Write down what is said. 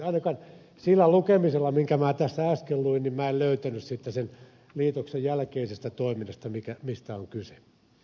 ainakaan sillä lukemisella minkä minä tässä äsken luin minä en löytänyt sen liitoksen jälkeisestä toiminnasta tietoa mistä on kyse